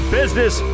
business